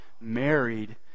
married